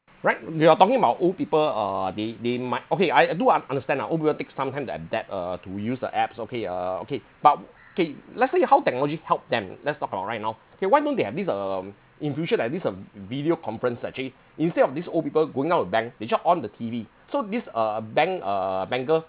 right we are talking about old people uh they they might okay I I do un~ understand ah old people take some time to adapt uh to use the apps okay uh okay but K let's say how technology help them let's talk about right now okay why don't they have this um in future like this um video conference actually instead of these old people going out the bank they just on the T_V so this uh bank uh banker